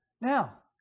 Now